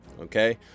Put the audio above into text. okay